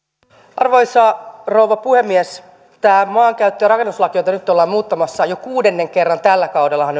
arvoisa rouva puhemies tämä maankäyttö ja rakennuslaki jota nyt ollaan muuttamassa jo kuudennen kerran tällä kaudella on